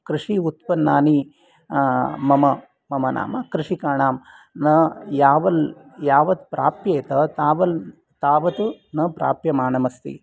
कृषि उत्पन्नानि मम मम नाम कृषिकाणां न यावत् यावत् प्राप्येत् तावत् तावत् न प्राप्यमाणमस्ति